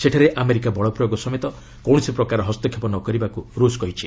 ସେଠାରେ ଆମେରିକା ବଳପ୍ରୟୋଗ ସମେତ କୌଣସି ପ୍ରକାର ହସ୍ତକ୍ଷେପ ନ କରିବାକୁ ରୁଷ କହିଛି